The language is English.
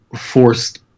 forced